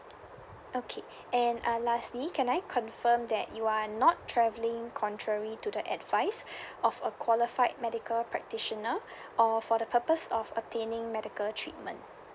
okay and uh lastly can I confirm that you are not travelling contrary to the advice of a qualified medical practitioner or for the purpose of obtaining medical treatment